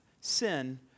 sin